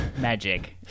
Magic